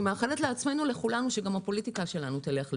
אני מאחלת לכולנו שגם הפוליטיקה שלנו תלך לשם.